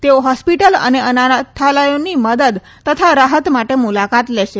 તેઓ હોલેસ્પટલ અને અનાથાલયોની મદદ તથા રાહત માટે મુલાકાત લેશે